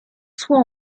soit